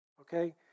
Okay